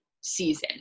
season